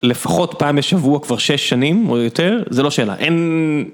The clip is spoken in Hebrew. לפחות פעמי בשבוע כבר שש שנים או יותר, זה לא שאלה, אין...